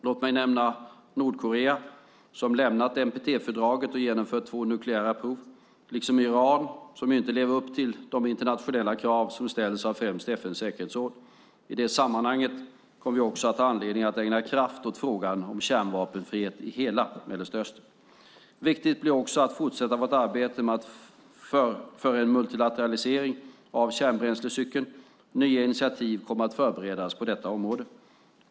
Låt mig nämna Nordkorea, som har lämnat NPT-fördraget och genomfört två nukleära prov, liksom Iran, som ju inte lever upp till de internationella krav som ställts av främst FN:s säkerhetsråd. I det sammanhanget kommer vi också att ha anledning att ägna kraft åt frågan om kärnvapenfrihet i hela Mellanöstern. Viktigt blir också att fortsätta vårt arbete för en multilateralisering av kärnbränslecykeln. Nya initiativ kommer att förberedas på detta område.